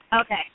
Okay